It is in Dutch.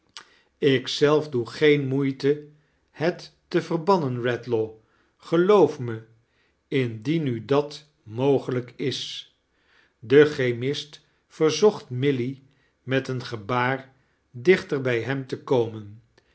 zelf doe geen moeite het te verbannen redlaw geloof me indien u dat mogelijk is de chemist verzocht milly met een gebaar dichterbij hem te komen